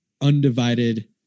undivided